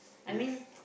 yes